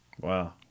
Wow